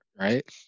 right